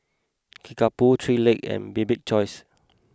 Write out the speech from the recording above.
Kickapoo Three Legs and Bibik's Choice